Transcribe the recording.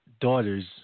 daughters